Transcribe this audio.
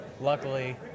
luckily